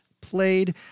played